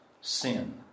sin